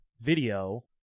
video